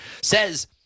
says